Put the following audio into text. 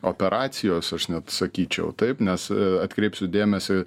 operacijos aš net sakyčiau taip nes atkreipsiu dėmesį